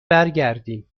برگردیم